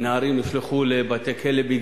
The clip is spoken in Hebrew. ונערים נשלחו לבתי-כלא.